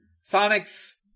Sonic's